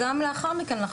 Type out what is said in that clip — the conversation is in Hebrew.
הזה.